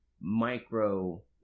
micro